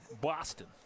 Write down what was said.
Boston